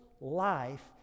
life